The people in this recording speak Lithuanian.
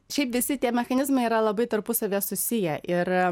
šiaip visi tie mechanizmai yra labai tarpusavyje susiję ir